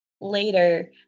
later